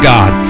God